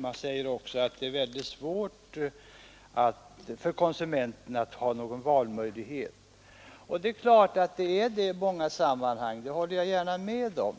Man säger också att det är svårt för konsumenterna att ha någon valmöjlighet. Det är klart att det är svårt i många sammanhang, det håller jag gärna med om.